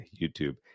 YouTube